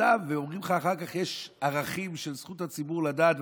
אומרים לך אחר כך שיש ערכים של זכות הציבור לדעת,